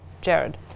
jared